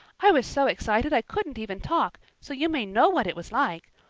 i was so excited i couldn't even talk, so you may know what it was like.